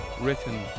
Written